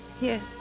Yes